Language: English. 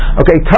okay